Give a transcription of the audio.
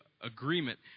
agreement